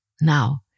now